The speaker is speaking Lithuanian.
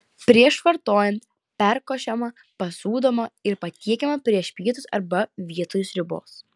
prieš vartojant perkošiama pasūdomą ir patiekiama prieš pietus arba vietoj sriubos